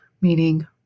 meaning